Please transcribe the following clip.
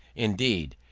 indeed,